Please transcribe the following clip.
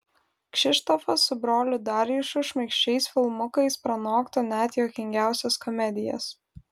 kšištofas su broliu darjušu šmaikščiais filmukais pranoktų net juokingiausias komedijas